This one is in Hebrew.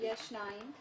יהיה פי שניים.